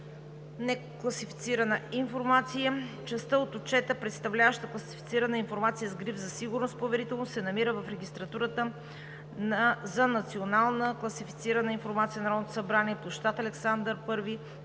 некласифицирана информация. Частта от Отчета, представляваща класифицирана информация с гриф за сигурност „Поверително“ се намира в Регистратурата за национална класифицирана информация на Народното събрание,